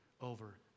over